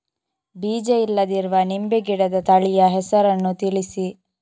ಬೀಜ ಇಲ್ಲದಿರುವ ನಿಂಬೆ ಗಿಡದ ತಳಿಯ ಹೆಸರನ್ನು ತಿಳಿಸಿ?